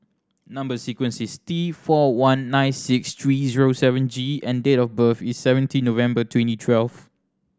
number sequence is T four one nine six three zero seven G and date of birth is seventeen November twenty twelve